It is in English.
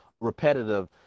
repetitive